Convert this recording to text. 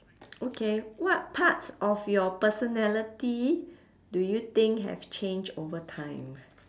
okay what parts of your personality do you think have changed over time